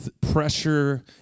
pressure